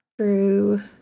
True